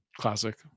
Classic